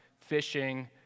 fishing